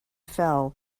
fell